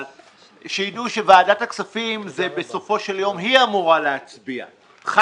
שיידעו שוועדת הכספים אמורה להצביע בסופו של יום.